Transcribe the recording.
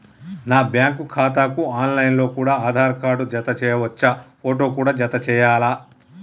నా బ్యాంకు ఖాతాకు online లో కూడా ఆధార్ కార్డు జత చేయవచ్చా ఫోటో కూడా జత చేయాలా?